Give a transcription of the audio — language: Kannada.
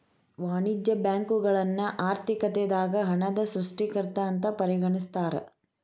ವಾಣಿಜ್ಯ ಬ್ಯಾಂಕುಗಳನ್ನ ಆರ್ಥಿಕತೆದಾಗ ಹಣದ ಸೃಷ್ಟಿಕರ್ತ ಅಂತ ಪರಿಗಣಿಸ್ತಾರ